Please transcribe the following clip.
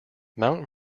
mount